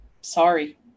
sorry